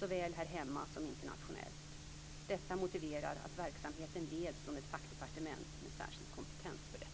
såväl här hemma som internationellt. Detta motiverar att verksamheten leds från ett fackdepartement med särskild kompetens för detta.